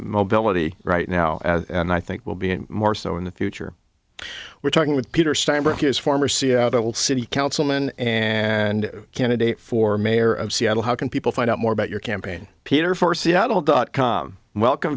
mobility right now and i think will be more so in the future we're talking with peter steinberg is former seattle city councilman and candidate for mayor of seattle how can people find out more about your campaign peter for seattle dot com welcome